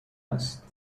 است